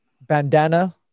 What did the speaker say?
bandana